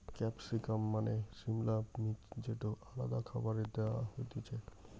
capsicum মানে সিমলা মির্চ যেটো আলাদা খাবারে দেয়া হতিছে